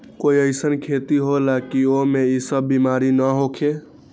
कोई अईसन खेती होला की वो में ई सब बीमारी न होखे?